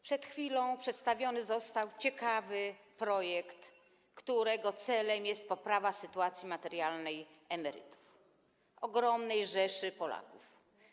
Przed chwilą przedstawiony został ciekawy projekt, którego celem jest poprawa sytuacji materialnej emerytów, ogromnej rzeszy Polaków.